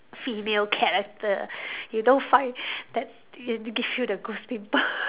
female character you don't find that err give you the goose pimple